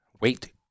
wait